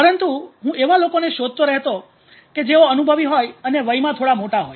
પરંતુ હું એવા લોકોને શોધતો રહેતો કે જેઓ અનુભવી હોય અને વયમાં થોડા મોટા હોય